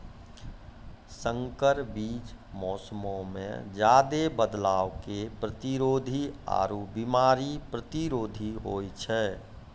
संकर बीज मौसमो मे ज्यादे बदलाव के प्रतिरोधी आरु बिमारी प्रतिरोधी होय छै